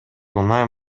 кунай